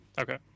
Okay